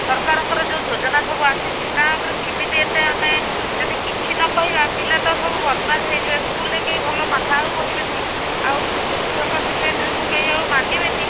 ସରକାରଙ୍କର ଯେଉଁ ଯୋଜନା ସବୁ ଆସିଛି ତା ଉପରେ କେମିତି ଏତେ ଆମେ ଯଦି କିଛି ନ କହିବା ପିଲା ତ ସବୁ ବଦ୍ମାସ୍ ହୋଇଯିବେ ସ୍କୁଲ୍ରେ କେହି ଭଲ ପାଠ ଆଉ ପଢ଼ିବେନି ଆଉ ଶିକ୍ଷକ ଶିକ୍ଷୟତ୍ରୀଙ୍କୁ କେହି ଆଉ ମାନିବେନି